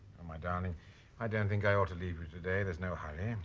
my darling i don't think i ought to leave you today there's no hurry.